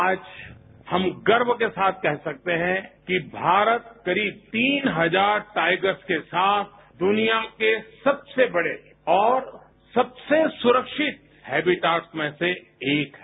आज हम गर्व के साथ कह सकते हैं कि भारत करीब तीन हजार टाइगर्स के साथ दुनिया के सबसे बड़े और सबसे सुरक्षित हैबिटाट्स में से एक है